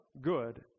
good